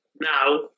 now